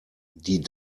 die